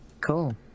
Cool